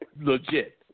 legit